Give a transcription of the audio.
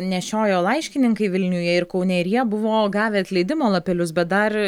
nešiojo laiškininkai vilniuje ir kaune ir jie buvo gavę atleidimo lapelius bet dar